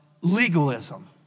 legalism